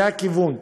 זה הכיוון.